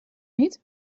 niet